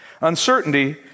Uncertainty